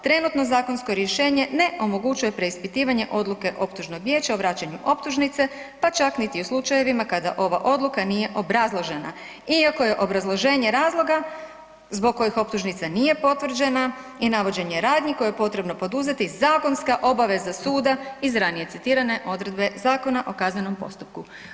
Trenutno zakonsko rješenje ne omogućuje preispitivanje odluke optužnog vijeća o vraćanju optužnice pa čak niti u slučajevima kada ova odluka nije obrazložena iako je obrazloženje razloga zbog kojih optužnica nije potvrđena i navođenje radnji koje je potrebno poduzeti zakonska obaveza suda iz ranije citirane odredbe Zakona o kaznenom postupku.